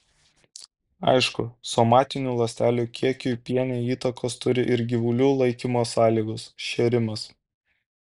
aišku somatinių ląstelių kiekiui piene įtakos turi ir gyvulių laikymo sąlygos šėrimas